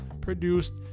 produced